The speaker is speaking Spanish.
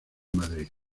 madrid